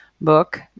book